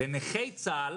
לנכי צה"ל